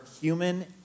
human